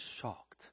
shocked